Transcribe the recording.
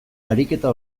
ariketa